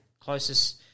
Closest